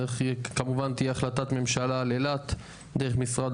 כמובן תהיה החלטת ממשלה על אילת דרך משרד